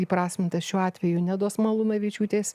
įprasmintas šiuo atveju nedos malūnavičiūtės